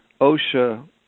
OSHA